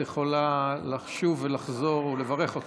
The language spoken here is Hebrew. את יכולה לשוב ולחזור ולברך אותו.